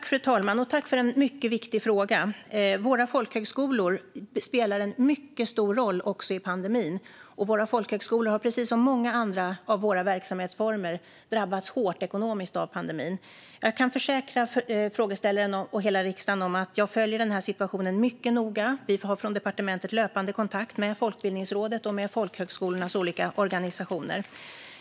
Fru talman! Tack för en mycket viktig fråga! Våra folkhögskolor spelar en mycket stor roll också under pandemin. Våra folkhögskolor har, precis som många andra av våra verksamhetsformer, drabbats hårt ekonomiskt av pandemin. Jag kan försäkra frågeställaren och hela riksdagen om att jag följer denna situation mycket noga. Vi har från departementet löpande kontakt med Folkbildningsrådet och med folkhögskolornas olika organisationer.